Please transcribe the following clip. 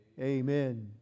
amen